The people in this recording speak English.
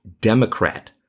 Democrat